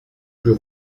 plus